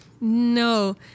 No